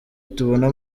tubona